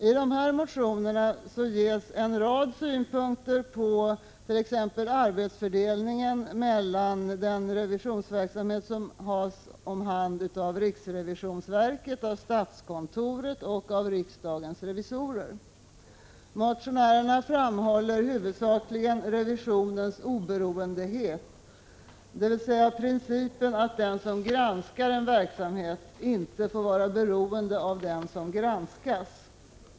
I dessa motioner ges en rad synpunkter på hur arbetsfördelningen bör ordnas mellan den revisionsverksamhet som utförs av riksrevisionsverket, statskontoret och riksdagens revisorer. Motionärerna framhåller revisionens oberoende, dvs. principen att den som granskar en verksamhet inte får vara beroende av den som granskas.